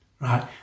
Right